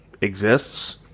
exists